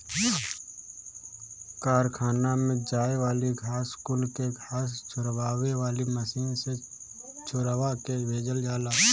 कारखाना में जाए वाली घास कुल के घास झुरवावे वाली मशीन से झुरवा के भेजल जाला